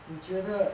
你觉得